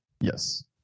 Yes